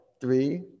three